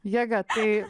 jėga tai